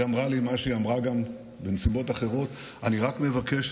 היא אמרה לי מה שהיא אמרה גם בנסיבות אחרות: אני רק מבקשת